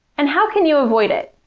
and how can you avoid it?